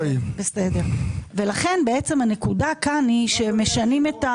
לכן הנקודה פה היא - אין פה